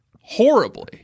horribly